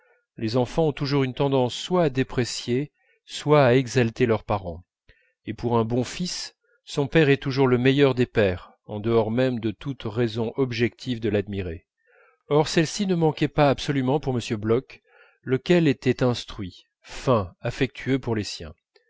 les enfants ont toujours une tendance soit à déprécier soit à exalter leurs parents et pour un bon fils son père est toujours le meilleur des pères en dehors même de toutes raisons objectives de l'admirer or celles-ci ne manquaient pas absolument pour m bloch lequel était instruit fin affectueux pour les siens